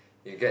you get